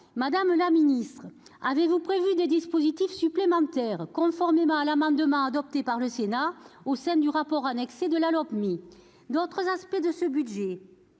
Madame la ministre, avez-vous prévu des dispositifs supplémentaires, conformément à l'amendement adopté par le Sénat au sein du rapport annexé au projet de Lopmi ? D'autres aspects de ce budget